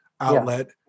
outlet